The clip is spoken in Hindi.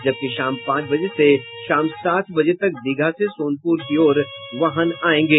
जबकि शाम पांच बजे से शाम सात बजे तक दीघा से सोनपुर की ओर वाहन आयेंगे